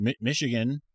Michigan